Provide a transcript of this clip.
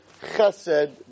chesed